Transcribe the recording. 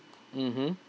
mmhmm